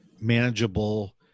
manageable